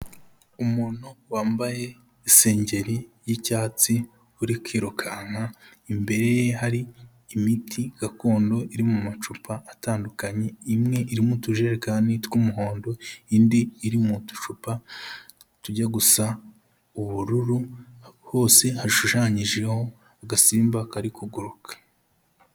Umuntu wambaye isengeri y'icyatsi uri kwirukanka, imbere ye hari imiti gakondo iri mu macupa atandukanye, imwe iri mu tujerekani tw'umuhondo, indi iri mu ducupa tujya gusa ubururu hose hashushanyijeho agasimba kari kuguruka.